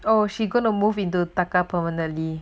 oh she gonna move into taka permanantly